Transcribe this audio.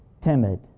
timid